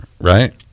right